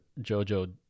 Jojo